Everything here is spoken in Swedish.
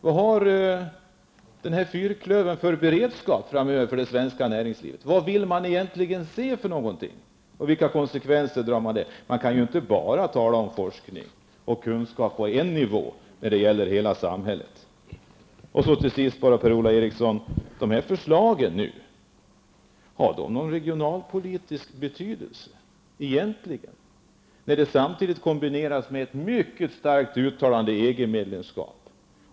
Vilken beredskap har fyrklövern för beredskap för det svenska näringslivet, vad vill man egentligen se för någonting? Man kan ju inte bara tala om forskning och kunskap på en nivå då det gäller hela samhället. Till sist, Per-Ola Eriksson: Har förslagen egentligen någon regionalpolitisk betydelse, eftersom det hela kombineras med ett mycket starkt uttalande för EG-medlemskap?